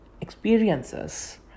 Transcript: experiences